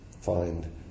find